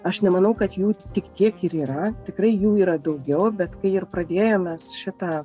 aš nemanau kad jų tik tiek ir yra tikrai jų yra daugiau bet kai ir pradėjom mes šitą